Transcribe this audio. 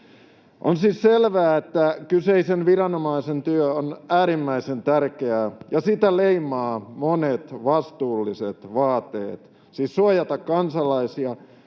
On siis selvää, että kyseisen viranomaisen työ on äärimmäisen tärkeää ja sitä leimaavat monet vastuulliset vaateet, siis suojata kansalaisia